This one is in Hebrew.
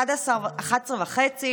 11:30,